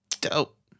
Dope